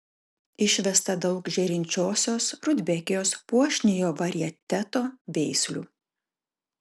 išvesta daug žėrinčiosios rudbekijos puošniojo varieteto veislių